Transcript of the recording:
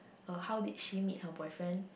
uh how did she meet her boyfriend